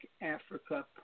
Africa